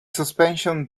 suspension